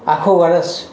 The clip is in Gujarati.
આખું વર્ષ